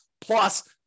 plus